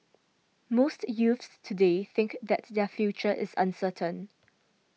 most youths today think that their future is uncertain